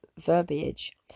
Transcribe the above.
verbiage